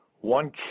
one